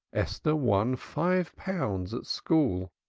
esther won five pounds at school.